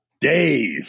Dave